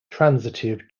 transitive